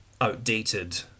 outdated